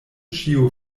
ĉio